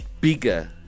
bigger